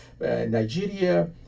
Nigeria